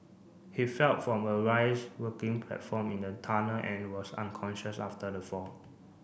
he fell from a rise working platform in the tunnel and was unconscious after the fall